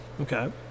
Okay